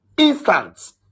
Instance